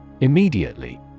Immediately